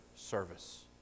service